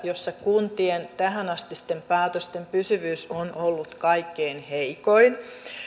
jossa kuntien tähänastisten päätösten pysyvyys on ollut kaikkein heikointa